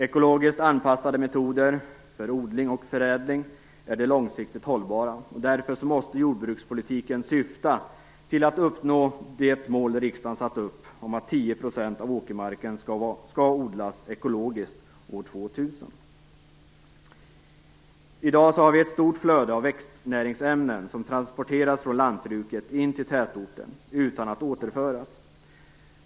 Ekologiskt anpassade metoder för odling och förädling är det långsiktigt hållbara. Därför måste jordbrukspolitiken syfta till att uppnå det mål riksdagen har satt upp, att 10 % av åkermarken skall odlas ekologiskt år 2000. I dag har vi ett stort flöde av växtnäringsämnen som transporteras från lantbruket in till tätorten utan att återföras.